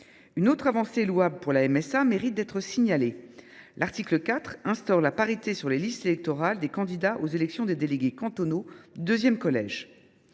Une autre avancée louable pour la MSA mérite d’être signalée : l’article 4 instaure la parité sur les listes électorales des candidats aux élections des délégués cantonaux du deuxième collège.